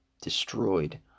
destroyed